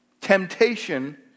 Temptation